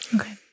Okay